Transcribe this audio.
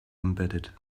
embedded